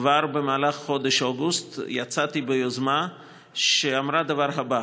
כבר במהלך חודש אוגוסט יצאתי ביוזמה שאמרה את הדבר הבא: